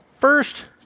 first